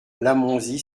lamonzie